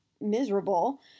miserable